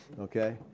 Okay